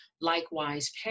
likewise